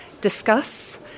discuss